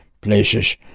places